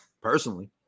personally